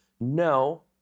No